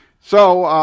so